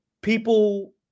people